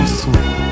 sweet